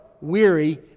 weary